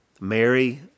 Mary